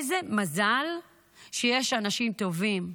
איזה מזל שיש אנשים טובים.